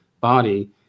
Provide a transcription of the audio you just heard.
body